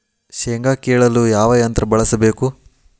ಶೇಂಗಾ ಕೇಳಲು ಯಾವ ಯಂತ್ರ ಬಳಸಬೇಕು?